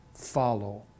follow